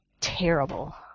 Terrible